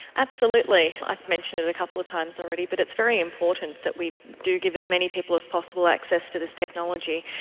absolutely. i've mentioned it a couple of times already but it's very important that we do give as many people as possible access to this technology.